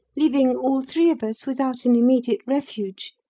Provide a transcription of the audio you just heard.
leaving all three of us without an immediate refuge.